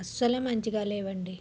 అసలు మంచిగా లేవు అండి